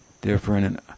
different